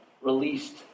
released